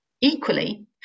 equally